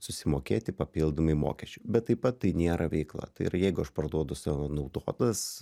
susimokėti papildomai mokesčių bet taip pat tai nėra veikla tai yra jeigu aš parduodu savo naudotas